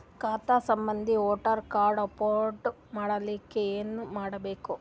ಖಾತಾ ಸಂಬಂಧಿ voter card upload ಮಾಡಲಿಕ್ಕೆ ಏನ ಮಾಡಬೇಕು?